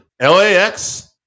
LAX